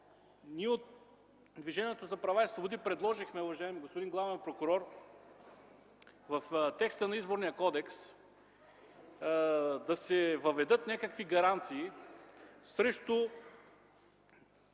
Ние от Движението за права и свободи предложихме, уважаеми господин главен прокурор, в текста на Изборния кодекс да се въведат някакви гаранции срещу